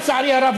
לצערי הרב,